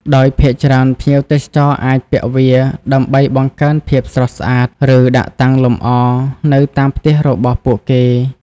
ដោយភាគច្រើនភ្ញៀវទេសចរអាចពាក់វាដើម្បីបង្កើនភាពស្រស់ស្អាត ឬដាក់តាំងលម្អនៅតាមផ្ទះរបស់ពួកគេ។